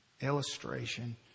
illustration